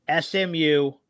SMU